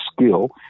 skill